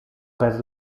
per